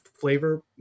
flavor